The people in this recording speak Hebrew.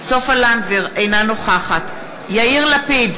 אינה נוכחת יאיר לפיד,